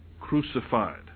crucified